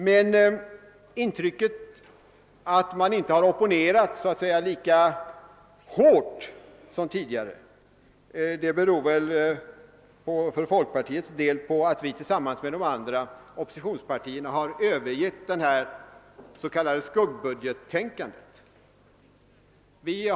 Men intrycket att vi inte har opponerat lika hårt som tidigare torde främst bero på att folkpartiet och de andra oppositionspartierna pu har gått ifrån det s.k. skuggbudgettänkandet.